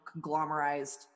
conglomerized